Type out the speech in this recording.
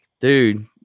Dude